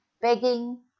begging